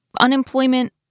Unemployment